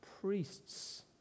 priests